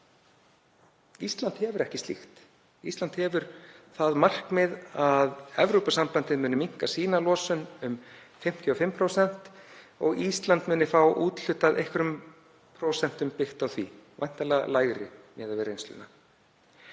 Ísland hefur ekkert slíkt. Ísland hefur það markmið að Evrópusambandið muni minnka losun sína um 55% og að Ísland muni fá úthlutað einhverjum prósentum byggt á því, væntanlega lægri miðað við reynsluna.